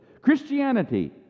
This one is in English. Christianity